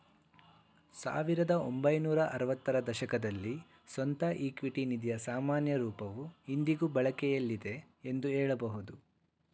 ಸಾವಿರದ ಒಂಬೈನೂರ ಆರವತ್ತ ರ ದಶಕದಲ್ಲಿ ಸ್ವಂತ ಇಕ್ವಿಟಿ ನಿಧಿಯ ಸಾಮಾನ್ಯ ರೂಪವು ಇಂದಿಗೂ ಬಳಕೆಯಲ್ಲಿದೆ ಎಂದು ಹೇಳಬಹುದು